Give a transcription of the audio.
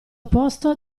opposto